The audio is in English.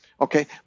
Okay